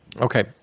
Okay